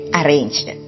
arranged